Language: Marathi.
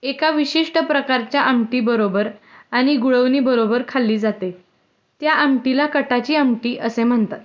एका विशिष्ट प्रकारच्या आमटीबरोबर आणि गुळवणीबरोबर खाल्ली जाते त्या आमटीला कटाची आमटी असे म्हणतात